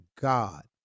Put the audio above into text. God